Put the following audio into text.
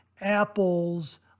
apples